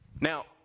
now